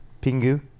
Pingu